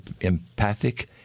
empathic